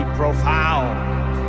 profound